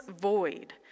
void